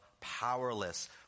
powerless